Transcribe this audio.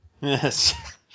Yes